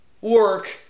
work